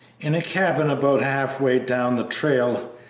in a cabin about half-way down the trail.